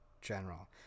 general